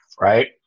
Right